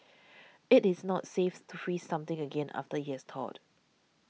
it is not safe to freeze something again after it has thawed